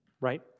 right